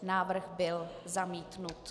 Návrh byl zamítnut.